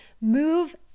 move